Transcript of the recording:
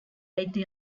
été